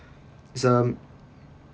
it's um